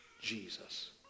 Jesus